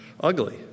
ugly